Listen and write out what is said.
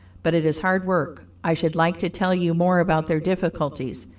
but it is hard work. i should like to tell you more about their difficulties,